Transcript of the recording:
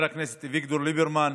חבר הכנסת אביגדור ליברמן,